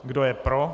Kdo je pro?